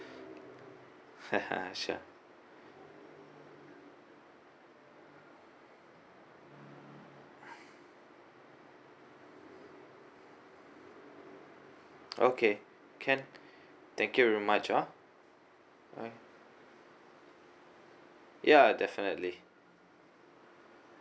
sure okay can thank you very much ah ya definitely